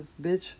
bitch